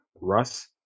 Russ